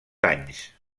anys